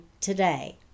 today